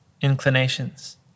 inclinations